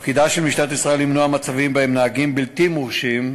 תפקידה של משטרת ישראל למנוע מצבים שבהם נהגים בלתי מורשים,